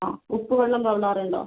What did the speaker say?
അതെ ഉപ്പുവെള്ളം കൊള്ളാറുണ്ടോ